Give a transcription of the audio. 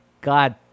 God